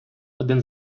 один